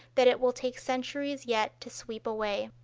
that it will take centuries yet to sweep away.